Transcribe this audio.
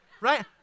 right